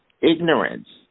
ignorance